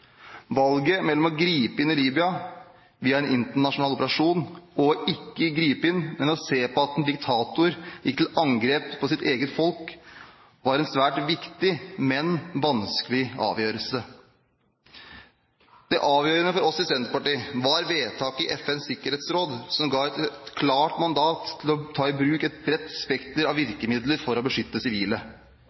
Valget mellom å gripe inn i Libya via en internasjonal operasjon og ikke å gripe inn, men se på at en diktator gikk til angrep på sitt eget folk, var en svært viktig, men vanskelig avgjørelse. Det avgjørende for oss i Senterpartiet var vedtaket i FNs sikkerhetsråd som ga et klart mandat til å ta i bruk et bredt spekter av virkemidler for å beskytte sivile.